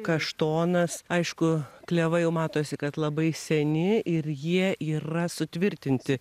kaštonas aišku klevai jau matosi kad labai seni ir jie yra sutvirtinti